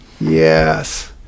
Yes